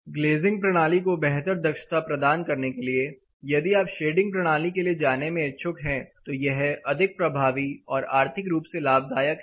glazing प्रणाली को बेहतर दक्षता प्रदान करने के लिए यदि आप शेडिंग प्रणाली के लिए जाने में इच्छुक हैं तो यह अधिक प्रभावी और आर्थिक रूप से लाभदायक है